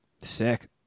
Sick